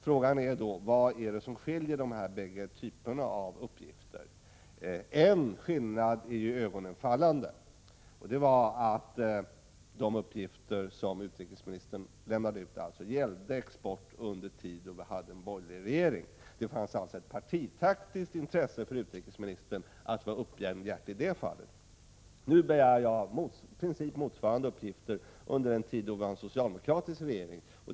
Frågan är då: Vad är det som skiljer när det gäller dessa bägge typer av uppgifter? En skillnad är ju iögonenfallande, och det är att de uppgifter som utrikesministern lämnade ut gällde exporten under den tid då vi hade borgerlig regering. Utrikesministern hade alltså ett partitaktiskt intresse av att vara öppenhjärtig i det fallet. Nu begär jag i princip motsvarande uppgifter om exporten under den nuvarande socialdemokratiska regeringens tid.